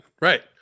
right